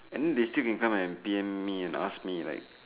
and then they still can come and P_M me and ask me like